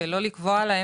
לסיכון נמוך ולא לקבוע לו,